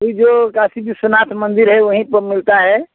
वही जो काशी विश्वनाथ मंदिर है वहीं पर मिलता है